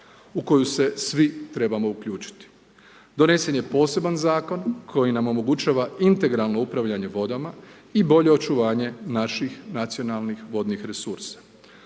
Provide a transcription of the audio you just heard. u koju se svi trebamo uključiti. Donesen je poseban zakon koji nam omogućava integralno upravljanje vodama i bolje očuvanje naših nacionalnih vodnih resursa.